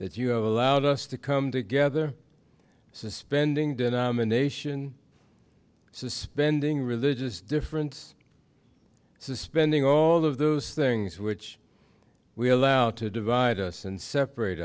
that you have allowed us to come together suspending denomination suspending religious difference suspending all of those things which we allow to divide us and separate